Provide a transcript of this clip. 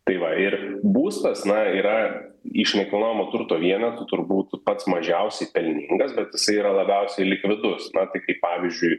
tai va ir būstas na yra iš nekilnojamo turto vienetų turbūt pats mažiausiai pelningas bet jisai yra labiausiai likvidus na tai kaip pavyzdžiui